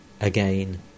Again